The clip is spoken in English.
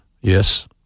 Yes